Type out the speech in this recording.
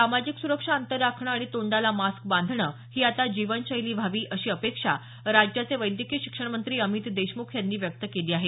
सामाजिक सुरक्षा अंतर राखणं आणि तोंडाला मास्क बांधणं ही आता जीवनशैली व्हावी अशी अपेक्षा राज्याचे वैद्यकीय शिक्षण मंत्री अमित देशमुख यांनी व्यक्त केली आहे